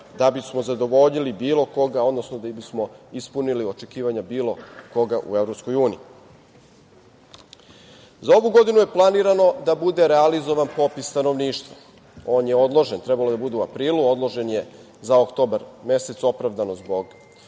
da bismo zadovoljili bilo koga, odnosno da bismo ispunili očekivanja bilo koga u Evropskoj uniji.Za ovu godinu je planirano da bude realizovan popis stanovništva. On je odložen, trebalo je da bude u aprilu, odložen je za oktobar mesec, opravdano zbog